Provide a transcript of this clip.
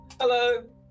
Hello